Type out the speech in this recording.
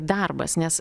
darbas nes